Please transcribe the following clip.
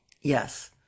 Yes